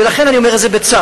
ולכן אני אומר את זה בצער,